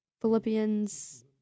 Philippians